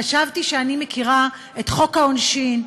חשבתי שאני מכירה את חוק העונשין,